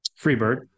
Freebird